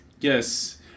Yes